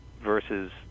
versus